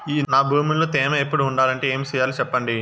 నా భూమిలో తేమ ఎప్పుడు ఉండాలంటే ఏమి సెయ్యాలి చెప్పండి?